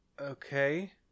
Okay